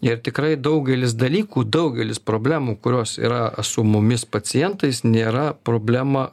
ir tikrai daugelis dalykų daugelis problemų kurios yra su mumis pacientais nėra problema